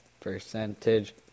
percentage